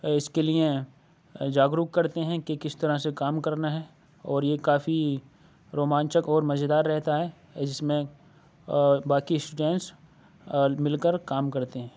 اس کے لیے جاگروک کرتے ہیں کہ کس طرح سے کام کرنا ہے اور یہ کافی رومانچک اور مزیدار رہتا ہے جس میں باقی اسٹوڈنٹس مل کر کام کرتے ہیں